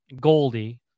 Goldie